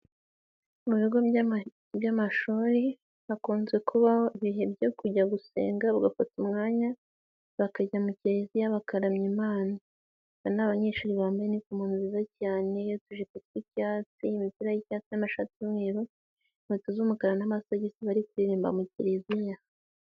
Mu bigo by'amashuri hakunze kubaho ibihe byo kujya gusenga, bagafata umwanya bakajya mu kiliziya bakaramya Imana. Aba ni abanyeshuri bambaye inifomu nziza cyane y'utujipo tw'icyatsi, imipira y'icyatsi n'amashati y'umweru, inkweto z'umukara n'amasogisi bari kuririmba mu kiliziya.